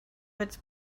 its